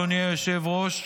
אדוני היושב-ראש,